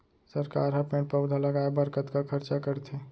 सरकार ह पेड़ पउधा लगाय बर कतका खरचा करथे